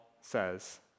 says